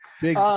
Big